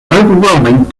overwhelming